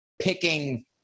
picking